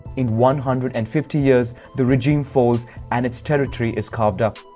in one hundred and fifty years, the region falls and its territory is carved up.